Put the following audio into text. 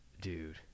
dude